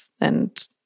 and-